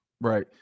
Right